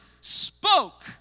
spoke